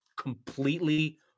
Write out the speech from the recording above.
completely